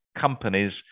companies